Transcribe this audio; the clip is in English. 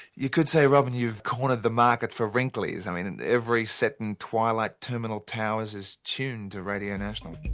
you could say robyn you've cornered the market for wrinklies. i mean, every set in twilight terminal towers is tuned to radio national.